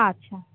আচ্ছা